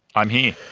i'm here.